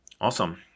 Awesome